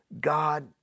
God